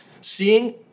Seeing